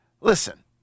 listen